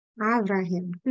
Abraham